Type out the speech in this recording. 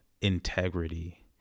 integrity